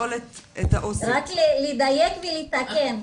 רק לדייק ולתקן,